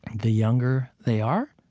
the younger they are,